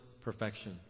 perfection